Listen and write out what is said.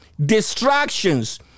distractions